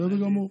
בסדר גמור.